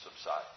subside